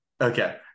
okay